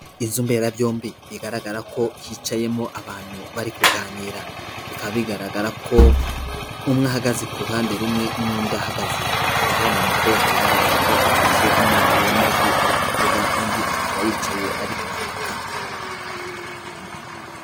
Inzi mberabyombi bigaragara ko hicayemo abantu bari kuganira, bikaba bigaragara ko umwe ahagaze kuruhande rumwe n'undi ahagaze, akaba hari umukobwa bigaragara ko afashe indangururamajwi ari kuvuga undi akaba yicaye ari kwandika.